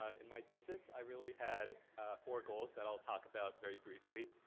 ah in my thesis i really had four goals that i'll talk about very briefly.